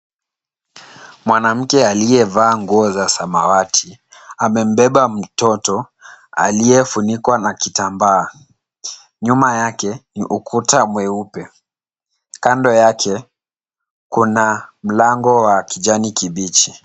Mwanamke aliyevaa nguo za samawati, amembeba mtoto aliyefunikwa na kitambaa. Nyuma yake ni ukuta mweupe. Kando yake kuna mlango wa kijani kibichi.